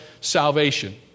salvation